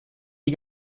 die